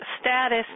status